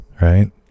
right